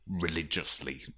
religiously